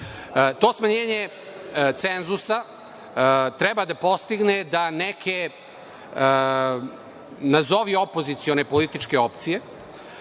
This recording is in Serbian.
To smanjenje cenzusa treba da postigne da neke nazovi opozicione političke opcije